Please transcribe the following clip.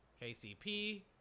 KCP